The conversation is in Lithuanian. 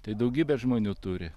tai daugybė žmonių turi